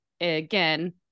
again